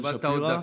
קיבלת עוד דקה.